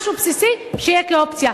משהו בסיסי שיהיה כאופציה,